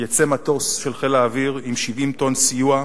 יצא מטוס של חיל האוויר עם 70 טונות סיוע,